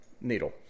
Needle